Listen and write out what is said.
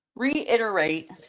Reiterate